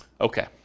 Okay